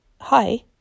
Hi